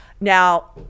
now